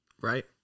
right